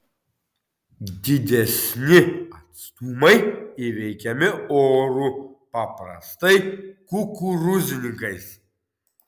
didesni atstumai įveikiami oru paprastai kukurūznikais